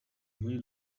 muri